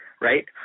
Right